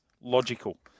logical